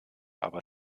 aber